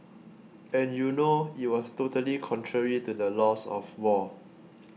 and you know it was totally contrary to the laws of war